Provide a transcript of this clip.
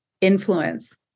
influence